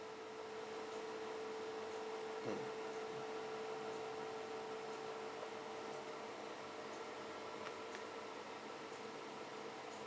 hmm